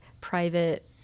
private